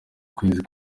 ukwezi